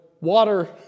water